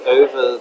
over